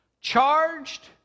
charged